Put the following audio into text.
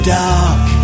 dark